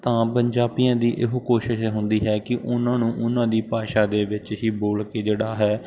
ਤਾਂ ਪੰਜਾਬੀਆਂ ਦੀ ਇਹੋ ਕੋਸ਼ਿਸ਼ ਹੁੰਦੀ ਹੈ ਕਿ ਉਹਨਾਂ ਨੂੰ ਉਹਨਾਂ ਦੀ ਭਾਸ਼ਾ ਦੇ ਵਿੱਚ ਹੀ ਬੋਲ ਕੇ ਜਿਹੜਾ ਹੈ